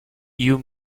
you